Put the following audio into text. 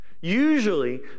Usually